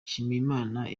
nshimiyimana